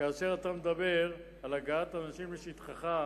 כאשר אתה מדבר על הגעת אנשים לשטחך,